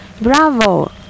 Bravo